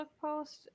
post